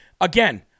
Again